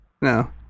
No